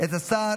את השר